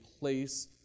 Place